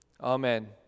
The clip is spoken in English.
Amen